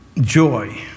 Joy